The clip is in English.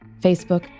Facebook